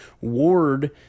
Ward